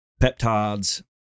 peptides